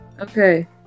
Okay